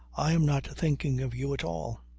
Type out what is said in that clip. i am not thinking of you at all.